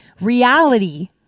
reality